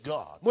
God